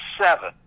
seven